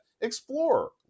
Explorer